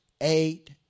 eight